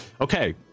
Okay